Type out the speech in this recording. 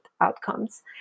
outcomes